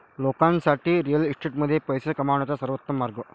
लोकांसाठी रिअल इस्टेटमध्ये पैसे कमवण्याचा सर्वोत्तम मार्ग